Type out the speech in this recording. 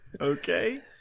Okay